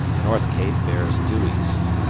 the north cape bears due east.